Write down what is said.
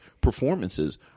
performances